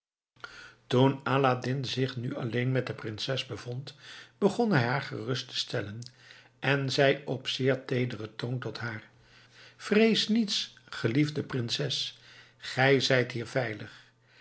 toen aladdin zich nu alleen met de prinses bevond begon hij haar gerust te stellen en zei op zeer teederen toon tot haar vrees niets geliefde prinses gij zijt hier veilig